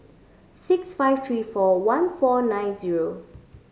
six five three four one four nine zero